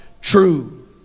true